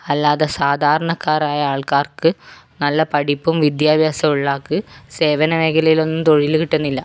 അല്ലാതെ സാധാരണക്കാരായ ആൾക്കാർക്ക് നല്ല പഠിപ്പും വിദ്യാഭ്യാസവുമുള്ള ആൾക്ക് സേവന മേഖലയിലൊന്നും തൊഴില് കിട്ടുന്നില്ല